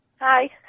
Hi